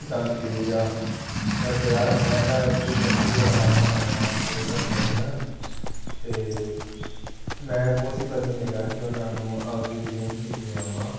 ਸਾਨੂੰ ਦੇ ਜਾ ਬਟ ਯਾਰ ਮੈਂ ਤਾਂ ਇੱਥੇ ਚੰਡੀਗੜ੍ਹ ਆਇਆ ਹੋਇਆ ਹਾਂ ਪੇਪਰ ਦੇਣ ਅਤੇ ਮੈਂ ਪੋਸੀਬਲ ਨਹੀਂ ਹੈਗਾ ਕਿ ਉਹਨਾਂ ਨੂੰ ਆਪਣੀ ਡੀ ਐਮ ਸੀ ਦੇ ਆਵਾਂ